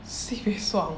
sibei 爽